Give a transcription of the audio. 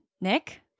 Nick